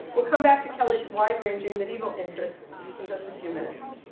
we'll come back to kelly's wide-ranging medieval interests in just a few minutes.